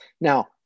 Now